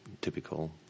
typical